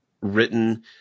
written